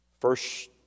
first